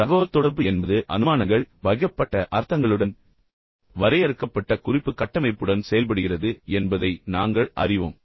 தகவல்தொடர்பு என்பது நிறைய அனுமானங்கள் மற்றும் அனுமானங்கள் மற்றும் பகிரப்பட்ட அர்த்தங்களுடன் பெரும்பாலும் வரையறுக்கப்பட்ட குறிப்பு கட்டமைப்புடன் செயல்படுகிறது என்பதை நாங்கள் அறிவோம்